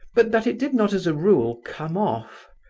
but that it did not as a rule come off.